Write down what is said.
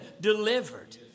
delivered